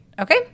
okay